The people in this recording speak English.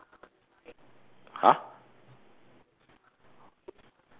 !huh!